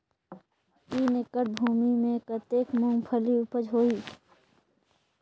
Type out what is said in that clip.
तीन एकड़ भूमि मे कतेक मुंगफली उपज होही?